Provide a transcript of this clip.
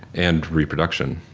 and reproduction.